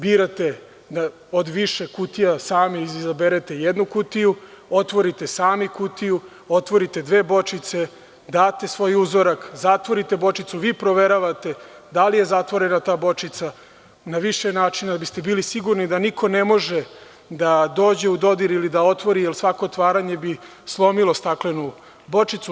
Birate od više kutija, sami izaberete jednu kutiju, otvorite sami kutiju, otvorite dve bočice, date svoj uzorak, zatvorite bočicu, vi proveravate da li je zatvorena ta bočica na više načina da biste bili sigurni da niko ne može da dođe u dodir ili da otvori, jer svako otvaranje bi slomilo staklenu bočicu.